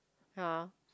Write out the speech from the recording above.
ya